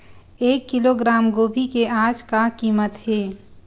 एक किलोग्राम गोभी के आज का कीमत हे?